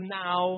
now